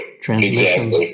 transmissions